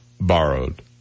borrowed